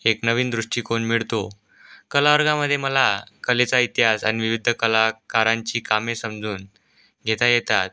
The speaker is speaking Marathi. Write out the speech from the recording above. एक नवीन दृष्टिकोन मिळतो कलावर्गामध्ये मला कलेचा इतिहास आणि विविध कलाकारांची कामे समजून घेता येतात